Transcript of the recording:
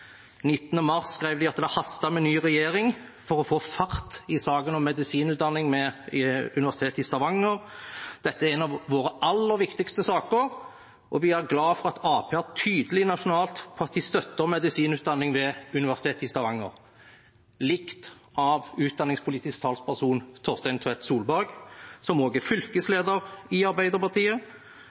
mars skrev de at det haster med en ny regjering for å få fart i saken om medisinutdanning ved Universitetet i Stavanger: «Dette er en av våre aller viktigste saker, og vi er glade for at Arbeiderpartiet er tydelig nasjonalt på at de støtter medisinutdanning ved UiS.» Det ble «likt» av utdanningspolitisk talsperson Torstein Tvedt Solberg, som også er fylkesleder i Arbeiderpartiet,